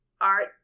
art